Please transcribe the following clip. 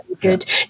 Good